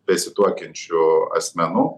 besituokiančių asmenų